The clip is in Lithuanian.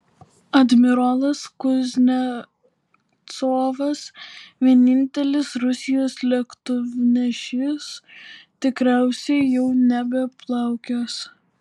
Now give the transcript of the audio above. admirolas kuznecovas vienintelis rusijos lėktuvnešis tikriausiai jau nebeplaukios